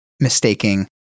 mistaking